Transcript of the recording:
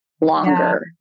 longer